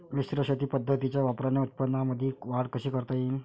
मिश्र शेती पद्धतीच्या वापराने उत्पन्नामंदी वाढ कशी करता येईन?